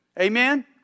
Amen